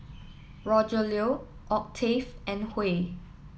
Rogelio Octave and Huey